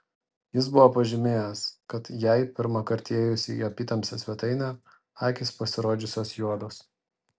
jis buvo pažymėjęs kad jai pirmąkart įėjus į apytamsę svetainę akys pasirodžiusios juodos